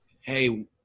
hey